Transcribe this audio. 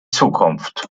zukunft